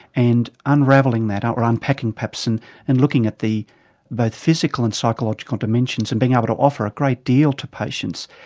and unravelling that. or unpacking perhaps and and looking at the both physical and psychological dimensions and being able to offer a great deal to patients,